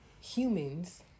humans